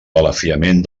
balafiament